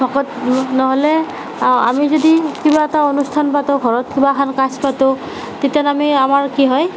ভকত নহ'লে আমি যদি কিবা এটা অনুষ্ঠান পাতো ঘৰত কিবা এখন কাজ পাতো তেতিয়া আমি আমাৰ কি হয়